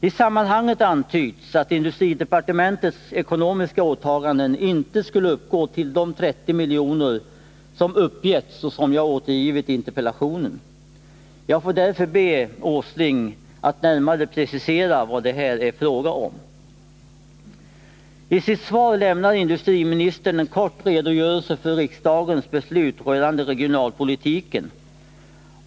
I sammanhanget antyds att industridepartementets ekonomiska åtaganden inte skulle uppgå till de 30 miljoner som uppgetts och som jag återgivit i interpellationen. Jag får därför be Nils Åsling att närmare precisera vad det här är fråga om. I sitt svar lämnar industriministern en kort redogörelse för riksdagens beslut rörande regionalpolitiken.